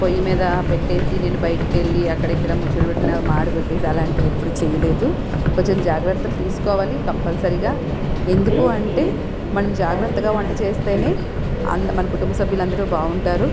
పొయ్యి మీద పెట్టేసి నేను బయటకెళ్ళి అక్కడ ఇక్కడ ముచ్చట పెట్టుకొని అవి మాడగొట్టేసి అలాంటివి ఎప్పుడూ చేయలేదు కొంచెం జాగ్రత్తలు తీసుకోవాలి కంపల్సరీగా ఎందుకు అంటే మనం జాగ్రత్తగా వంట చేస్తేనే అంద మన కుటుంబ సభ్యులందరు బాగుంటారు